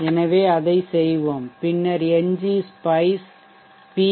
எனவே அதைச் செய்வோம் பின்னர் ng spice PV